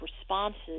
responses